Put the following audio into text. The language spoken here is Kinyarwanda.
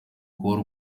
kuba